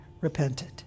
repented